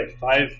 five